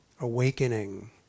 Awakening